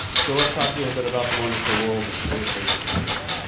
so let's talk a little bit about the wonderful world of penetration testing.